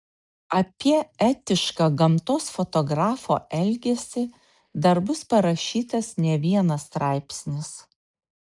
apie etišką gamtos fotografo elgesį dar bus parašytas ne vienas straipsnis